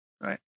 Right